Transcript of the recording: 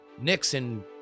Nixon